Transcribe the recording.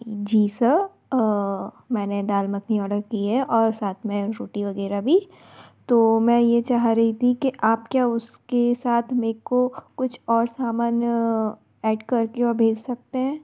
जी sir मैंने dal makhani order की है और साथ में रोटी वग़ैरह भी तो मैं ये चाह रही थी कि आप क्या उसके साथ मे को कुछ और सामान ऐड कर के और भेज सकते हैं